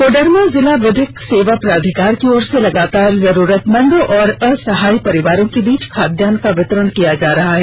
कोडरमा जिला विधिक सेवा प्राधिकार की ओर से लगातार जरूरतमंद और असहाय परिवारों के बीच खाद्यान्न का वितरण किया जा रहा है